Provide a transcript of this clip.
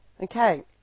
Okay